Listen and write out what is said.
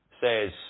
says